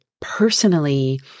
personally